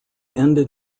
ended